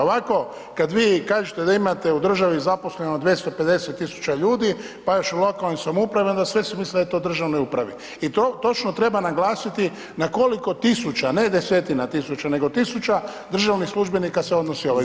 Ovako kad vi kažete da imate u državi zaposleno 250 000 ljudi pa još u lokalnim samoupravama onda sve se misli da je to u državnoj upravi i to točno treba naglasiti na koliko tisuća, ne desetina tisuća nego tisuća državnih službenika se odnosi ovaj zakon.